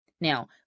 Now